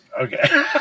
Okay